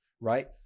right